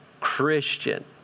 Christian